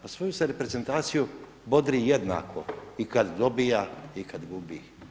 Pa svoju se reprezentaciju bodri jednako i kad dobija i kad gubi.